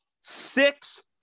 six